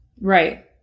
right